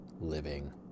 living